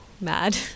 mad